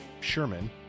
Sherman